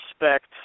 respect